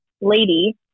lady